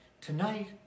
Tonight